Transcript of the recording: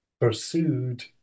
pursued